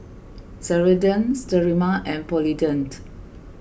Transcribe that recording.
Ceradan Sterimar and Polident